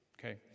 okay